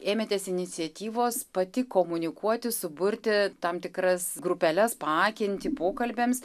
ėmėtės iniciatyvos pati komunikuoti suburti tam tikras grupeles paakinti pokalbiams